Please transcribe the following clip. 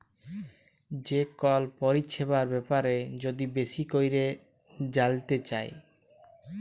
যে কল পরিছেবার ব্যাপারে যদি বেশি ক্যইরে জালতে চায়